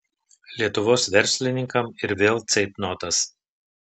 lietuvos verslininkams ir vėl ceitnotas